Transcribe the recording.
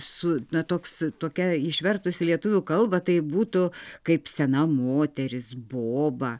su na toks tokia išvertus į lietuvių kalbą tai būtų kaip sena moteris boba